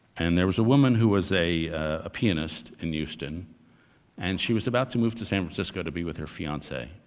and there was a woman who was a a pianist in houston and she was about to move to san francisco to be with her fiance